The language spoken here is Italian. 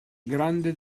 grande